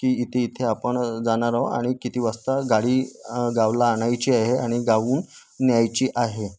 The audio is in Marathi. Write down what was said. की इथे इथे आपण जाणाराव आणि किती वाजता गाडी गावाला आणायची आहे आणि गावाहून न्यायची आहे